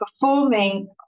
performing